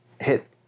hit